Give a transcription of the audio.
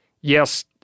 yes